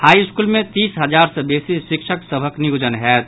high school मे तीस हजार सॅ बेसी शिक्षक सभक नियोजन होयत